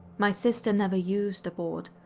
my sister never used a board,